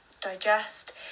digest